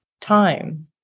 time